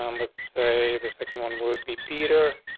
um let's say the second one would be peter.